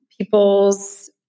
people's